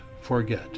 forget